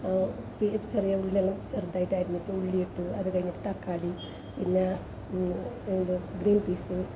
തീരെ ചെറിയ ഉള്ളിയെല്ലാം ചെറുതായിട്ട് അരിഞ്ഞിട്ട് ഉള്ളിയിട്ട് അത് കഴിഞ്ഞിട്ട് തക്കാളി പിന്നെ ഇത് ഗ്രീൻ പീസ്